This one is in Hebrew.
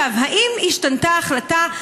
האם השתנתה ההחלטה?